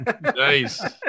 Nice